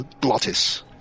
Glottis